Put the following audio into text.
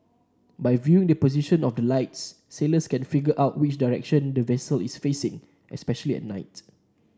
by viewing the position of the lights sailors can figure out which direction the vessel is facing especially at night